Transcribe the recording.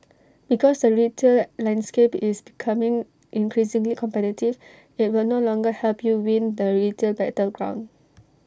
because the retail landscape is becoming increasingly competitive IT will no longer help you win the retail battleground